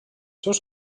seus